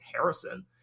Harrison